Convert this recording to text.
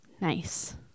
Nice